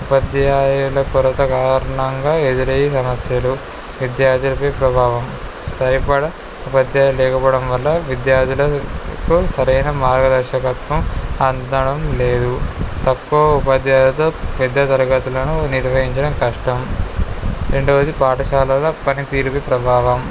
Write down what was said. ఉపాధ్యాయుల కొరత కారణంగా ఎదురయ్యే సమస్యలు విద్యార్థులపై ప్రభావం సరిపడే ఉపాధ్యాయులు లేకపోవడం వల్ల విద్యార్థులకు సరైన మార్గదర్శకత్వం అందడం లేదు తక్కువ ఉపాధ్యాయులతో పెద్ద తరగతులను నిర్వహించడం కష్టం రెండవది పాఠశాలలో పనితీరు ప్రభావం